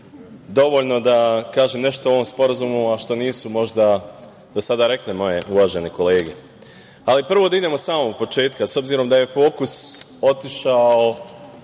dovoljno da kažem nešto o ovom sporazumu, a što nisu možda do sada rekle moje uvažene kolege. Ali, prvo da idemo od samog početka, s obzirom da je fokus otišao